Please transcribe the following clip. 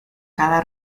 cada